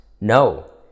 No